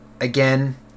Again